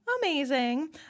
Amazing